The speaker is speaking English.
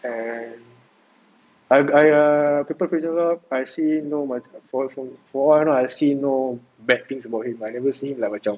and I I err people praise him a lot I see no for all I know I see no bad things about him I never see macam